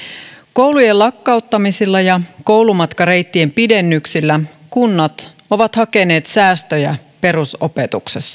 koulujen lakkauttamisilla ja koulumatkareittien pidennyksillä kunnat ovat hakeneet säästöjä perusopetukseen